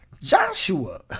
Joshua